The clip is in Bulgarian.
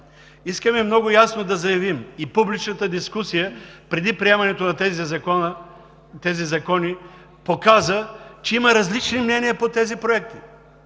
Искаме много ясно да заявим, и публичната дискусия преди приемането на тези закони показа, че има различни мнения по тези проекти.